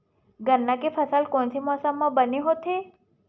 गन्ना के फसल कोन से मौसम म बने होथे?